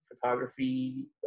photography